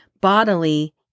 bodily